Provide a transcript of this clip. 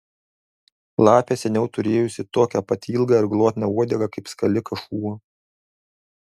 lapė seniau turėjusi tokią pat ilgą ir glotnią uodegą kaip skalikas šuo